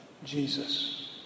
Jesus